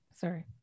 sorry